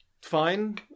fine